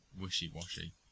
wishy-washy